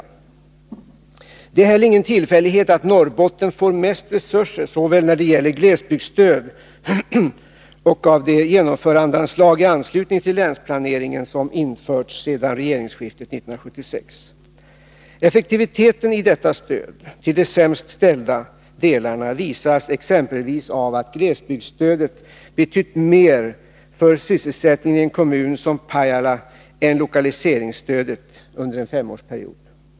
Det är heller ingen tillfällighet att Norrbotten får mest resurser när det gäller såväl glesbygdsstödet som de genomförandeanslag i anslutning till länsplaneringen som införts sedan regeringsskiftet 1976. Effektiviteten i detta stöd till de sämst ställda delarna visas exempelvis av att glesbygdsstödet betytt mer för sysselsättningen i en kommun som Pajala än lokaliseringsstödet under en femtonårsperiod.